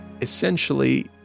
essentially